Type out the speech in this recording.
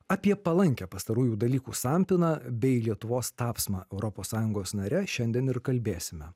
apie palankią pastarųjų dalykų sampyną bei lietuvos tapsmą europos sąjungos nare šiandien ir kalbėsime